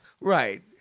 Right